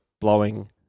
blowing